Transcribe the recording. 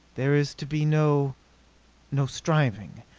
there is to be no no striving.